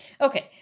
Okay